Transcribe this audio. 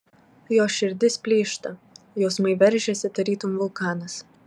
jos širdis plyšta jausmai veržiasi tarytum vulkanas